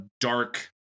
dark